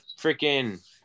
freaking